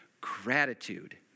gratitude